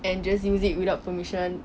and just use it without permission